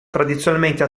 tradizionalmente